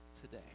today